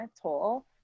Toll